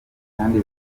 kandi